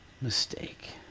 mistake